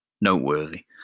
Noteworthy